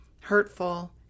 hurtful